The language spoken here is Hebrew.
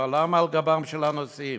אבל למה על גבם של הנוסעים?